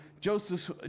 joseph